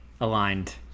aligned